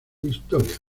historia